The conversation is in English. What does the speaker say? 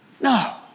No